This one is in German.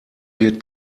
wird